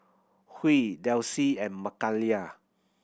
Huey Delsie and Mikayla